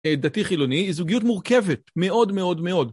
דתי-חילוני היא זוגיות מורכבת מאוד מאוד מאוד.